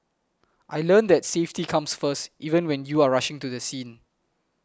I learnt that safety comes first even when you are rushing to the scene